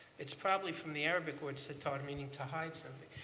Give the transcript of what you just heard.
it's probably from the arabic word sitar meaning to hide something.